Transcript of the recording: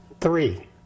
Three